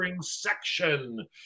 section